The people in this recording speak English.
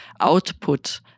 output